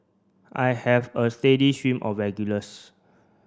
I have a steady stream of regulars